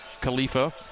Khalifa